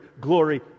glory